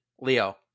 Leo